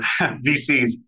VCs